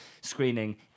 screening